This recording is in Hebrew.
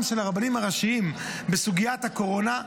של הרבנים הראשיים בסוגיית הקורונה,